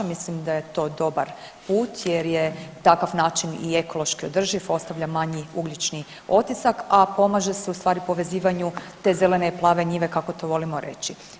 Mislim da je to dobar put jer je takav način i ekološki održiv, ostavlja manji ugljični otisak a pomaže se ustvari povezivanju te zelene i plave njive kako to volimo reći.